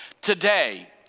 today